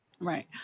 right